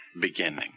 beginning